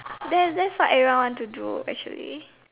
that's that's what everyone want to do actually